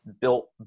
built